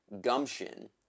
gumption